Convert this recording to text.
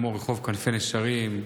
כמו ברחוב כנפי נשרים,